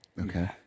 Okay